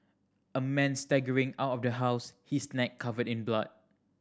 a man staggering out of the house his neck covered in blood